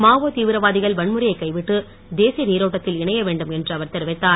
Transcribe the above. மாவோ தீவிரவாதிகள் வன்முறையை கைவிட்டு தேசிய நீரோட்டத்தில் இணைய வேண்டும் என்று அவர் தெரிவித்தார்